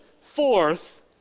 fourth